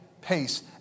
pace